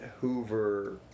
Hoover